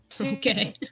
Okay